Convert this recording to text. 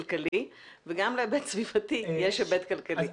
בסופו של דבר יש לו היבט כלכלי וגם להיבט סביבתי יש היבט כלכלי.